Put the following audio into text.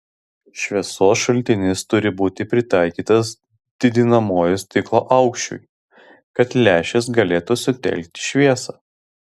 šviesos šaltinis turi būti pritaikytas didinamojo stiklo aukščiui kad lęšis galėtų sutelkti šviesą